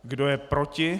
Kdo je proti?